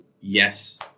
Yes